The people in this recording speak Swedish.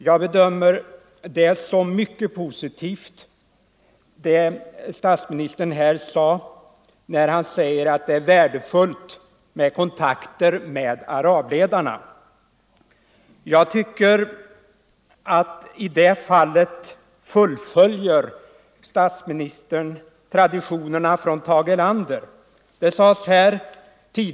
Jag bedömer det som mycket positivt vad statsministern här sade om att det är värdefullt med kontakter med arabledarna. Statsministern fullföljer där traditionerna från Tage Erlander.